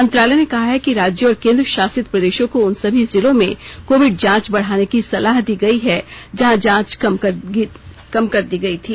मंत्रालय ने कहा है कि राज्यों और केन्द्र शासित प्रदेशों को उन सभी जिलों में कोविड जांच बढ़ाने की सलाह दी गई है जहां जांच कम कर दी गई थी